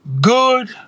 Good